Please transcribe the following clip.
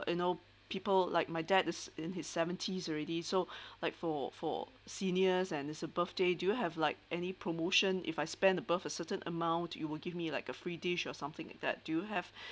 you know people like my dad is in his seventies already so like for for seniors and it's a birthday do have like any promotion if I spend above a certain amount you will give me like a free dish or something like that do you have